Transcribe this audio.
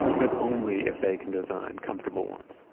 but only if they can design comfortable ones.